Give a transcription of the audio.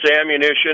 ammunition